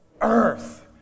earth